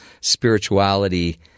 spirituality